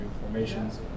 formations